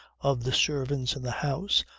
of the servants in the house,